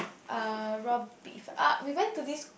uh raw beef uh we went to this